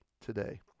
today